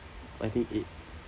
I think eight